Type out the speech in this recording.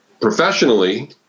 professionally